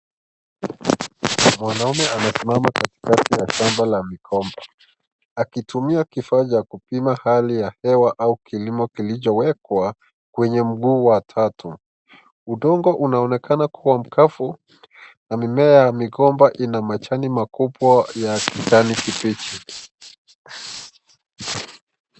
Mwanaume amesimama katikati ya shamba la mikomba akitumia kifaa cha kupima hali ya hewa au kilimo kilichowekwa kwenye mguu wa tatu. Udongo unaonekana kuwa mkavu na mimea ya mikomba ina majani makubwa ya kijani kibichi.